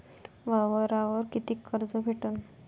वावरावर कितीक कर्ज भेटन?